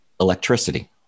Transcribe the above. Electricity